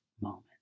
moment